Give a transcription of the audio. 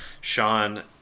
Sean